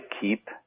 keep